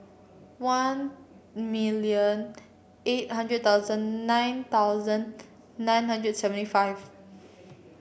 one million eight hundred thousand nine thousand nine hundred seventy five